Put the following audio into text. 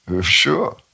Sure